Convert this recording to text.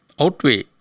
outweigh